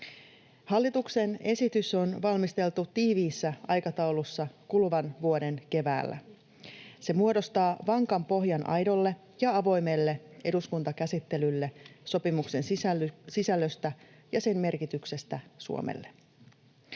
Hallituksen esitys on valmisteltu tiiviissä aikataulussa kuluvan vuoden keväällä. Se muodostaa vankan pohjan aidolle ja avoimelle eduskuntakäsittelylle sopimuksen sisällöstä ja sen merkityksestä Suomelle.